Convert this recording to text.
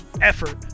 Effort